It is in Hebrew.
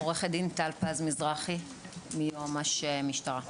עורכת דין טל פז מזרחי, יועמ"ש משטרה.